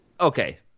Okay